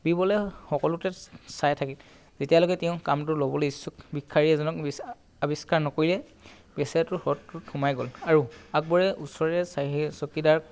বীৰবলে সকলোতে চাই থাকে যেতিয়ালৈকে তেওঁ কামটো ল'বলৈ ইচ্ছ্যুক ভিক্ষাৰী এজনক আৱিস্কাৰ নকৰিলে বেচেৰাটো হ্ৰদটোত সোমাই গ'ল আকবৰে ওচৰে চকিদাৰক